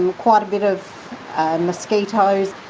and quite a bit of mosquitoes.